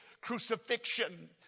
crucifixion